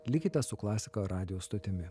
likite su klasika radijo stotimi